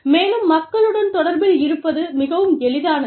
மேலும் மக்களுடன் தொடர்பில் இருப்பது மிகவும் எளிதானது